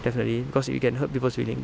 definitely because it can hurt people's feelings